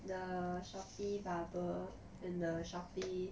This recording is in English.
the Shopee bubble and the Shopee